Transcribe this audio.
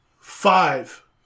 Five